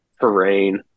terrain